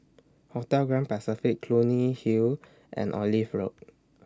Hotel Grand Pacific Clunny Hill and Olive Road